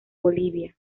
bolivia